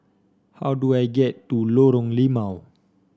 how do I get to Lorong Limau